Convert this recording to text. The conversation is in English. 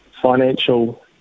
financial